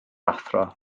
athro